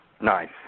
Nice